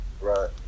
Right